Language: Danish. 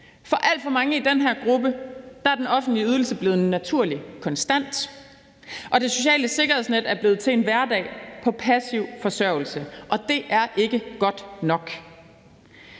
For alt for mange i den her gruppe er den offentlige ydelse blevet en naturlig konstant, og det sociale sikkerhedsnet er blevet til en hverdag på passiv forsørgelse, og det er ikke godt nok.